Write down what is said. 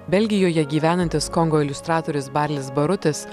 belgijoje gyvenantis kongo iliustratorius barlis barutis